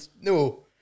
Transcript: No